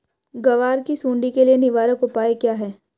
ग्वार की सुंडी के लिए निवारक उपाय क्या है?